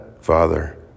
Father